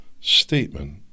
Statement